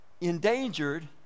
endangered